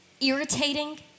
irritating